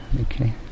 okay